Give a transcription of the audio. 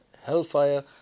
hellfire